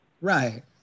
Right